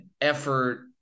effort